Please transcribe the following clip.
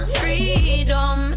freedom